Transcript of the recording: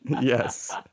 Yes